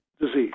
disease